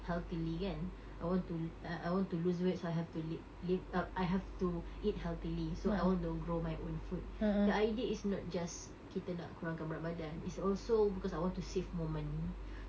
healthily kan I want to err I want to lose weight so I have to live live err I have to eat healthily so I want to grow my own food the idea is not just kita nak kurangkan berat badan is also because I want to save more money